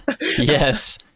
yes